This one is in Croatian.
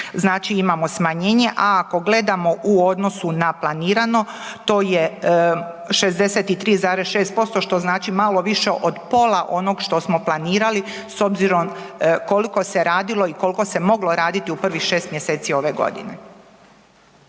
znači imamo smanjenje, a ako gledamo u odnosu na planirano to je 63,6% što znači malo više od pola onog što smo planirali s obzirom koliko se radilo i koliko se moglo raditi u prvih 6 mjeseci ove godine.